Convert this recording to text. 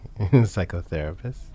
psychotherapist